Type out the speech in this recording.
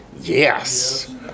yes